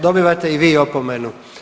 Dobivate i vi opomenu.